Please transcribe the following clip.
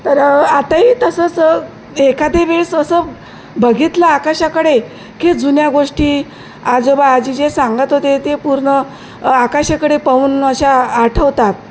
तर आताही तसंच एखादे वेळेस असं बघितलं आकाशाकडे की जुन्या गोष्टी आजोबा आजी जे सांगत होते ते पूर्ण आकाशाकडे पाहून अशा आठवतात